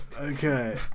Okay